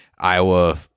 Iowa